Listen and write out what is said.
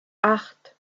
acht